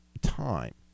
time